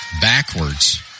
backwards